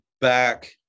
back